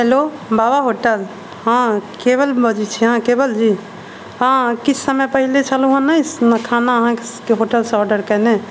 hello Baba hotel हँ केवल बजै छी अहाँ केवल जी हँ किछु समय पहिले छलहुँ हँ नहि खाना अहाँके होटल से ऑर्डर कयने